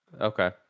okay